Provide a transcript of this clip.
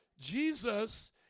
Jesus